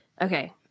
Okay